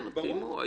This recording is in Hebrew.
כן, קיימו.